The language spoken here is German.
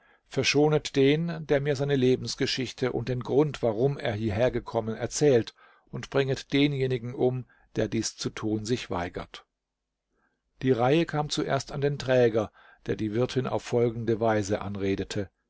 verschonet den der mir seine lebensgeschichte und den grund warum er hierhergekommen erzählt und bringet denjenigen um der dies zu tun sich weigert die reihe kam zuerst an den träger der die wirtin auf folgende weise anredete